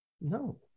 no